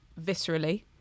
viscerally